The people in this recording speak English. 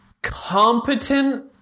Competent